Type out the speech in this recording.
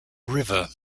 river